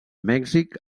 mèxic